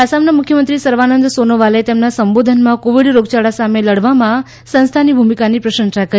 આસામના મુખ્યમંત્રી સર્વાનંદ સોનોવાલે તેમના સંબોધનમાં કોવિડ રોગયાળા સામે લડવામાં સંસ્થાની ભૂમિકાની પ્રશંસા કરી